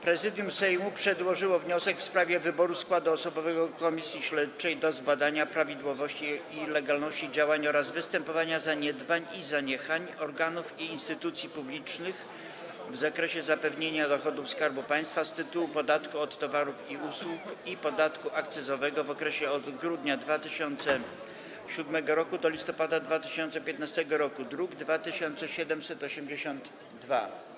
Prezydium Sejmu przedłożyło wniosek w sprawie wyboru składu osobowego Komisji Śledczej do zbadania prawidłowości i legalności działań oraz występowania zaniedbań i zaniechań organów i instytucji publicznych w zakresie zapewnienia dochodów Skarbu Państwa z tytułu podatku od towarów i usług i podatku akcyzowego w okresie od grudnia 2007 r. do listopada 2015 r., druk nr 2782.